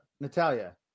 Natalia